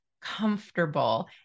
comfortable